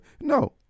No